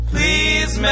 Please